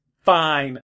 fine